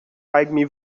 pygmy